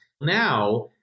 Now